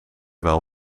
wel